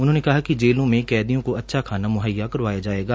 उन्होंने कहा कि जेलों में कैदियों को अच्छा खाना म्हैया करवाया जाएगा